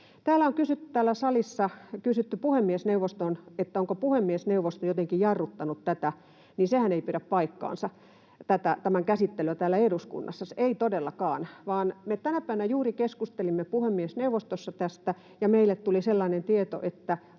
Täällä salissa on kysytty puhemiesneuvostosta, onko puhemiesneuvosto jotenkin jarruttanut tämän käsittelyä täällä eduskunnassa. Sehän ei pidä paikkaansa, ei todellakaan, vaan me tänä päivänä juuri keskustelimme puhemiesneuvostossa tästä, ja meille tuli sellainen tieto, että